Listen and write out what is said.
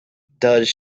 does